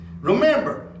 remember